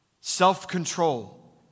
self-control